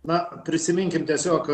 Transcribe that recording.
na prisiminkim tiesiog